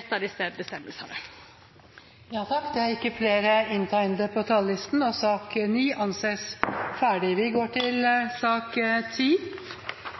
etter disse bestemmelsene. Flere har ikke bedt om ordet til sak